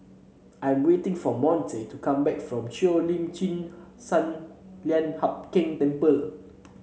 I'm waiting for Monte to come back from Cheo Lim Chin Sun Lian Hup Keng Temple